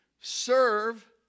Serve